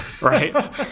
right